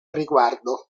riguardo